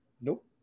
Nope